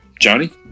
Johnny